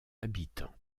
habitants